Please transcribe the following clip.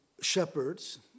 shepherds